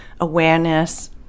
awareness